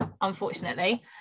unfortunately